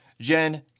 Jen